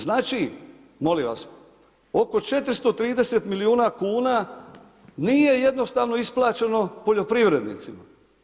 Znači, molim vas, oko 430 milijuna kuna nije jednostavno isplaćeno poljoprivrednicima.